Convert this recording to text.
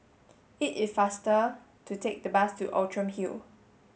it is faster to take the bus to Outram Hill